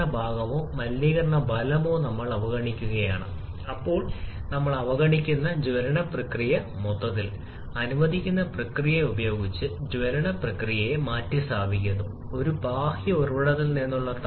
പ്രായോഗിക ഹൈഡ്രോകാർബൺ ഇന്ധനങ്ങൾ സാധാരണയായി 14 മുതൽ 16 വരെ വ്യത്യാസപ്പെടുന്നു സ്റ്റൈക്കിയോമെട്രിക് വായു ഇന്ധന അനുപാതം പ്രായോഗിക ഗ്യാസോലിൻ അല്ലെങ്കിൽ ഡീസൽ ഗ്രൂപ്പ് ഇന്ധനങ്ങൾക്ക് ഇത് പരിധിയിലാണ് 14 മുതൽ 16 വരെ